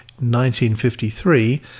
1953